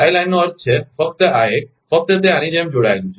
tie લાઇનનો અર્થ છે ફક્ત આ એક ફક્ત તે આની જેમ જોડાયેલું છે